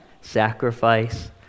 Sacrifice